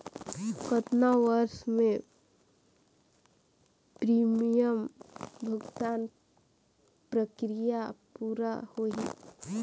कतना वर्ष मे प्रीमियम भुगतान प्रक्रिया पूरा होही?